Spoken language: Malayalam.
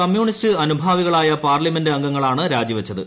കമ്മ്യൂണിസ്റ്റ് അനുഭാവികളായ പാർലമെന്റ് അംഗങ്ങളാണ് രാജിവച്ചത്